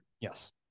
Yes